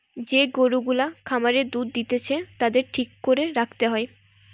যে গরু গুলা খামারে দুধ দিতেছে তাদের ঠিক করে রাখতে হয়